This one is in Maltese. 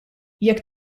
jekk